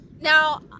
now